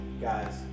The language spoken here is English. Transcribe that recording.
guys